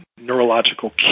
neurological